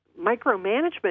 micromanagement